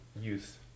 youth